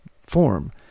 form